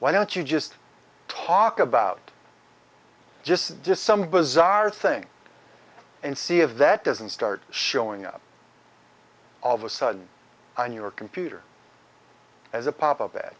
why don't you just talk about just just some bizarre thing and see if that doesn't start showing up all of a sudden on your computer as a pop up that